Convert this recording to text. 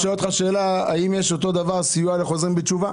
האם יש גם סיוע לחוזרים בתשובה?